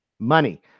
Money